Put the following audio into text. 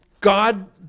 God